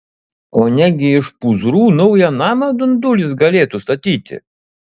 o negi iš pūzrų naują namą dundulis galėtų statyti